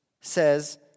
says